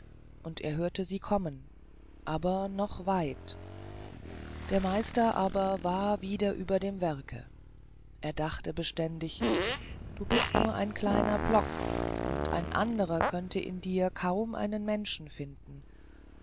kommen aber noch weit der meister aber war wieder über dem werke er dachte beständig du bist nur ein kleiner block und ein anderer könnte in dir kaum einen menschen finden